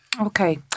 Okay